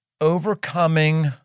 Overcoming